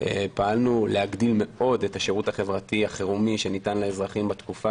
פעלנו להגדיל מאוד את השירות החברתי החירומי שניתן לאזרחים בתקופה